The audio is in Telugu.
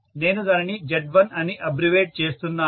నేను దానిని Z1 అని అబ్రివేట్ చేస్తున్నాను